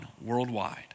worldwide